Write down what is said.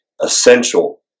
essential